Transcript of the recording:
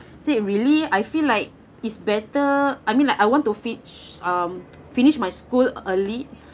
said really I feel like it's better I mean like I want to fin~ uh finish my school early